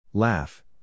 laugh